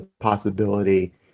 possibility